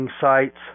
sites